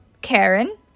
Karen